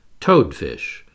toadfish